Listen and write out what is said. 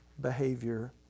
behavior